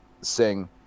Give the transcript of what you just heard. sing